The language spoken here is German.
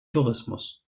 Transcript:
tourismus